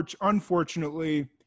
unfortunately